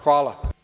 Hvala.